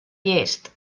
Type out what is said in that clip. llest